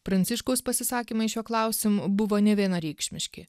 pranciškaus pasisakymai šiuo klausimu buvo nevienareikšmiški